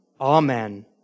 Amen